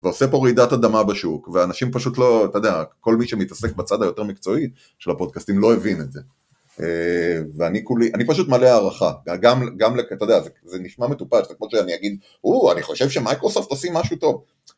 ועושה פה רעידת אדמה בשוק, ואנשים פשוט לא, אתה יודע, כל מי שמתעסק בצד היותר מקצועית של הפודקאסטים לא הבין את זה. ואני פשוט מלא הערכה, גם לך, אתה יודע, זה נשמע מטופש, זה כמו שאני אגיד, אני חושב שמייקרוסופט עושים משהו טוב.